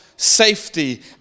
safety